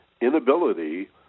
Inability